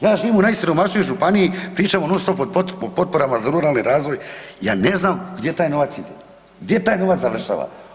Ja živim u najsiromašnijoj županiji, pričamo non stop o potporama za ruralni razvoj, ja ne znam gdje taj novac ide, gdje taj novac završava.